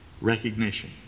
recognition